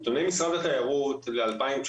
מנתוני משרד התיירות ל-2019,